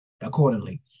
accordingly